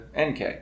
NK